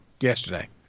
yesterday